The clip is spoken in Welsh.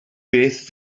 beth